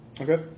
Okay